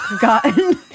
gotten